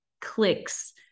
clicks